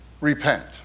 repent